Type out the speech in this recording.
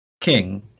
king